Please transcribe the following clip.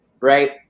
right